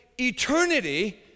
eternity